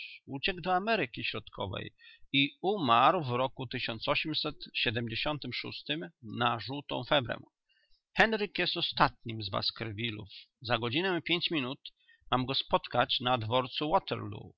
uciekł do ameryki środkowej i umarł w roku ym na żółtą febrę henryk jest ostatnim z baskervillów za godzinę i pięć minut mam go spotkać na dworcu